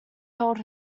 held